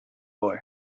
boy